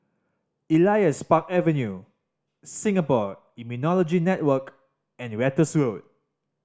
Elias Park Avenue Singapore Immunology Network and Ratus Road